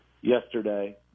yesterday